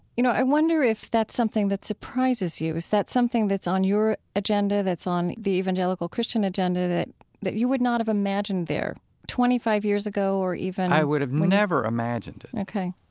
you know, i wonder if that's something that surprises you. is that something that's on your agenda, that's on the evangelical christian agenda that that you would not have imagined there twenty five years ago or even, i would have never imagined it.